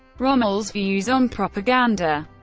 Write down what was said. rommel's views on propaganda